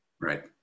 Right